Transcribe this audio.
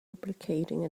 replicating